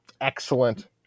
Excellent